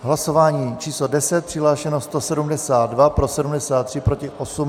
Hlasování číslo 10, přihlášeno 172, pro 73, proti 18.